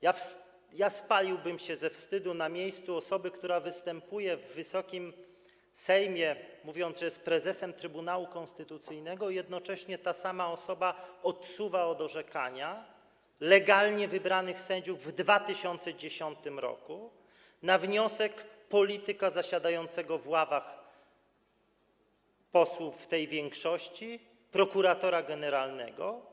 Ja spaliłbym się ze wstydu na miejscu osoby, która występuje w Wysokim Sejmie, mówiąc, że jest prezesem Trybunału Konstytucyjnego, i jednocześnie jest tą samą osobą, która odsuwa od orzekania legalnie wybranych sędziów w 2010 r. na wniosek polityka zasiadającego w ławach posłów tej większości, prokuratora generalnego.